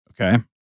Okay